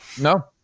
No